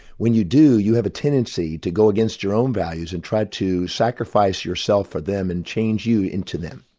when you do, you have a tendency to go against your own values and try to sacrifice yourself for them and change you into them,